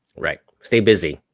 like stay busy.